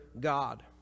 God